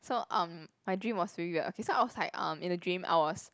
so um my dream was very weird okay so I was like um in the dream I was